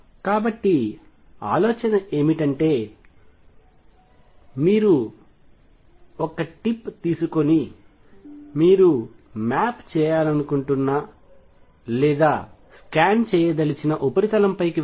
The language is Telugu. కాబట్టి ఆలోచన ఏమిటంటే మీరు ఒక టిప్ తీసుకొని మీరు మ్యాప్ చేయాలనుకుంటున్న లేదా స్కాన్ చేయదలిచిన ఉపరితలంపైకి వెళ్లండి